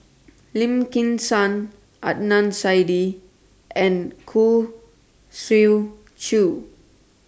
Lim Kim San Adnan Saidi and Khoo Swee Chiow